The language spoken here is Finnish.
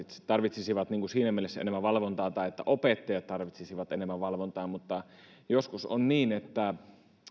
tarvitsisivat siinä mielessä enemmän valvontaa tai että opettajat tarvitsisivat enemmän valvontaa mutta ajattelen että joskus on niin että